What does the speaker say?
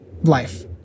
life